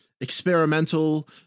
experimental